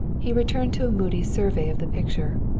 he returned to a moody survey of the picture.